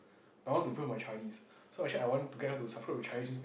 I want to improve my Chinese so actually I want to get her to subscribe to Chinese newspa~